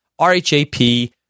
RHAP